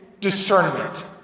discernment